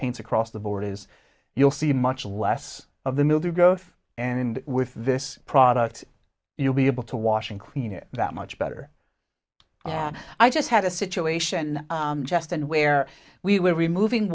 paints across the board is you'll see much less of the move to growth and with this product you'll be able to washing clean it that much better yeah i just had a situation justin where we were removing